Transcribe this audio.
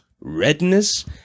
redness